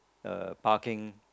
a parking